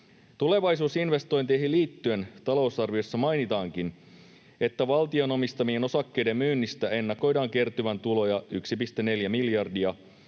Tulevaisuusinvestointeihin liittyen talousarviossa mainitaankin, että valtion omistamien osakkeiden myynnistä ennakoidaan kertyvän tuloja 1,4 miljardia,